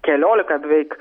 keliolika beveik